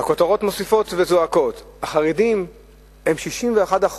והכותרות מוסיפות וזועקות: החרדים הם 61%